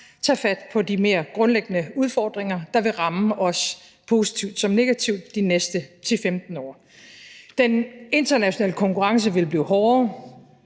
tage fat på de mere grundlæggende udfordringer, der vil ramme os positivt som negativt de næste 10-15 år. Den internationale konkurrence vil blive hårdere.